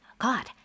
god